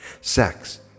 sex